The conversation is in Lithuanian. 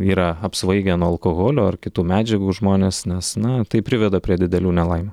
yra apsvaigę nuo alkoholio ar kitų medžiagų žmonės nes na tai priveda prie didelių nelaimių